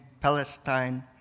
Palestine